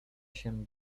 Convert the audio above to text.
się